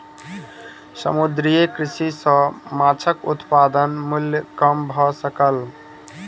समुद्रीय कृषि सॅ माँछक उत्पादन मूल्य कम भ सकल